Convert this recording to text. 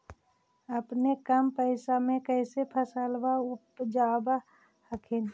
अपने कम पैसा से कैसे फसलबा उपजाब हखिन?